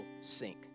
sink